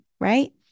right